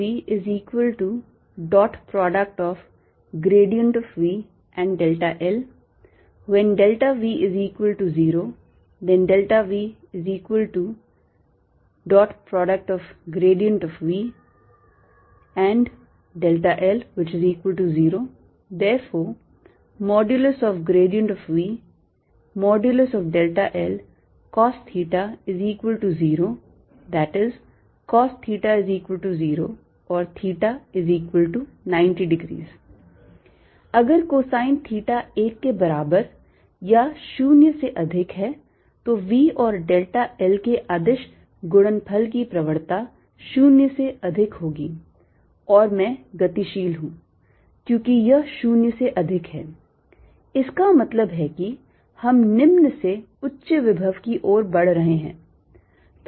VVl When V0 then VVl0 ∴Vlcosθ0 ie cosθ0 or θ90o अगर cosine theta 1 के बराबर या 0 से अधिक है तो V और delta l के अदिश गुणनफल की प्रवणता 0 से अधिक होगी और मैं गतिशील हूं क्योंकि यह 0 से अधिक है इसका मतलब है कि हम निम्न से उच्च विभव की ओर बढ़ रहे हैं